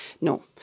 No